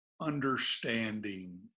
understanding